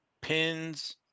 pins